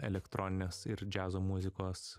elektroninės ir džiazo muzikos